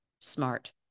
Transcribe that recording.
smart